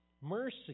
Mercy